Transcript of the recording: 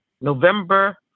November